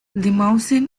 limousin